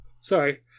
Sorry